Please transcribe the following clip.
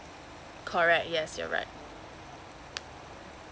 correct yes you're right